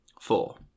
four